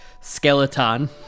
skeleton